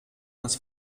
das